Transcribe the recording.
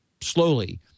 slowly